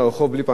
ובאמת,